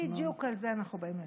בדיוק על זה אנחנו באים לדבר.